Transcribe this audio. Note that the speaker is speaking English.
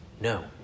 No